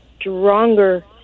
stronger